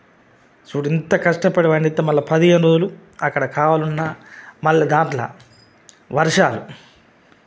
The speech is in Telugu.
చూడు ఇంత కష్టపడి పండిస్తాం మళ్ళా పదిహేను రోజులు అక్కడ కావలున్న మళ్ళా దాంట్లో వర్షాలు